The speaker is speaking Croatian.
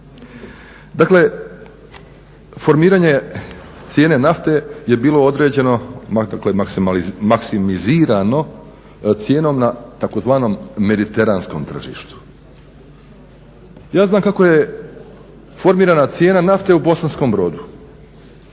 Dakle, formiranje cijene nafte je bilo određeno dakle maksimizirano cijenom na tzv. mediteranskom tržištu. Ja znam kako je formirana cijena nafte u Bosanskom Brodu,